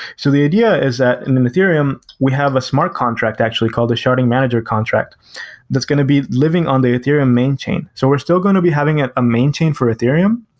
so the idea is that in an ethereum, we have a smart contract actually called a sharding manager contract that's going to be living on the ethereum main chain. so we're still going to be having a ah main chain for ethereum,